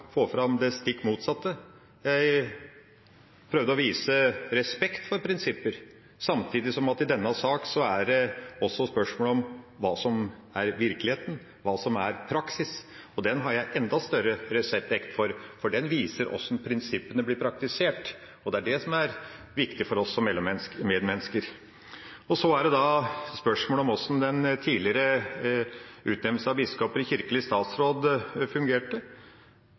få fram det stikk motsatte. Jeg prøvde å vise respekt for prinsipper, samtidig som det i denne saken også er spørsmål om hva som er virkeligheten, hva som er praksis. Den har jeg enda større respekt for, for den viser hvordan prinsippene blir praktisert, og det er det som er viktig for oss som medmennesker. Så er det spørsmålet om hvordan den tidligere utnevnelsen av biskoper i kirkelig statsråd fungerte.